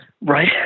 right